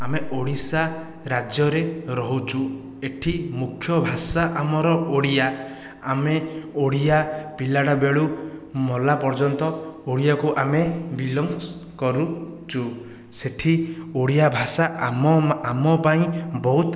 ଆମେ ଓଡ଼ିଶା ରାଜ୍ୟରେ ରହୁଛୁ ଏଠି ମୁଖ୍ୟ ଭାଷା ଆମର ଓଡ଼ିଆ ଆମେ ଓଡ଼ିଆ ପିଲାଟା ବେଳୁ ମଲା ପର୍ଯ୍ୟନ୍ତ ଓଡ଼ିଆକୁ ଆମେ ବିଲଙ୍ଗସ୍ କରୁଛୁ ସେଠି ଓଡ଼ିଆ ଭାଷା ଆମ ଆମ ପାଇଁ ବହୁତ